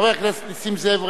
חבר הכנסת נסים זאב,